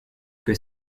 que